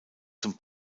zum